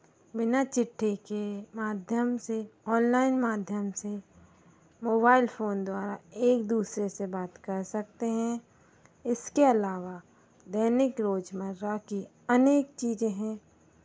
बिना चिट्ठी के माध्यम से ऑनलाइन माध्यम से मोबाइल फोन द्वारा एक दूसरे से बात कर सकते हैं इसके अलावा दैनिक रोज़मर्रा की अनेक चीज़ें हैं